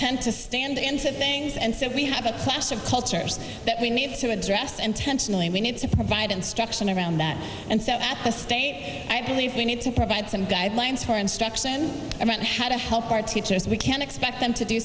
tend to stand and said things and so we have a class of cultures that we need to address intentionally and we need to provide instruction around that and so at the state i believe we need to provide some guidelines for instruction about how to help our teachers we can't expect them to do